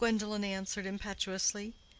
gwendolen answered, impetuously.